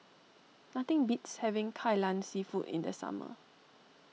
nothing beats having Kai Lan Seafood in the summer